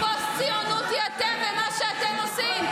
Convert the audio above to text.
--- הפוסט-ציונות זה מה שאתם ומה שאתם עושים.